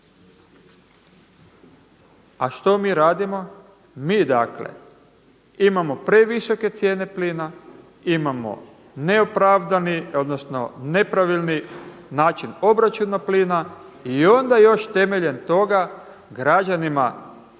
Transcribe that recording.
A što mi radimo? Mi dakle imamo previsoke cijene plina, imamo neopravdani, odnosno nepravilni način obračuna plina i onda još temeljem toga građanima blokiramo